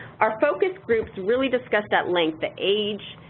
our focus groups really discussed that link, the age,